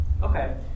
Okay